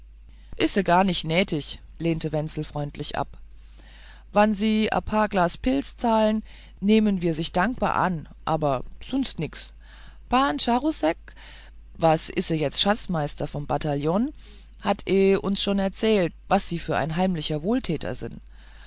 ise gar nicht nätig lehnte wenzel freundlich ab wann sie ein paar glas pils zahlen nähmen wir sich dankbar an abe sunst nix pan charousek was ise jetz schatzmistr vom bataljohn hat e uns schon erzählt was sie für ein heimlicher wohltäter sin